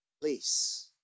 Please